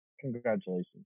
congratulations